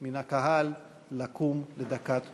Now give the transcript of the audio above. מן הקהל לקום לדקת דומייה.